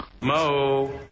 Mo